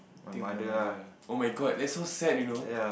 I think my mother ah oh-my-god that's so sad you know